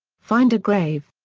find a grave.